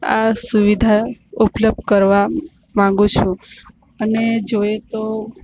આ સુવિધા ઉપલબ્ધ કરાવવા માગું છું અને જોઈએ તો